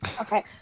Okay